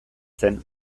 zen